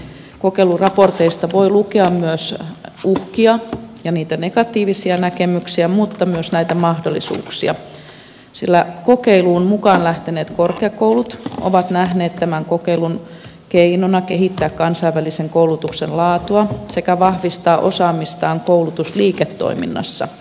kokeiluraporteista voi lukea myös uhista ja niistä negatiivisista näkemyksistä mutta myös näistä mahdollisuuksista sillä kokeiluun mukaan lähteneet korkeakoulut ovat nähneet tämän kokeilun keinona kehittää kansainvälisen koulutuksen laatua sekä vahvistaa osaamistaan koulutusliiketoiminnassa